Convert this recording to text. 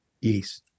yes